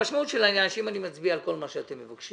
המשמעות של העניין היא שאם אני מצביע על כל מה שאתם מבקשים,